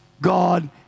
God